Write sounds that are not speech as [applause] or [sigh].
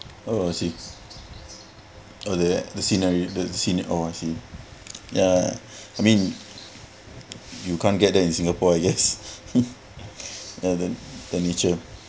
oh I see oh that the scenery the scene oh I see yeah I mean you can't get that in singapore I guess [laughs] yeah the the nature